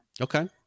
Okay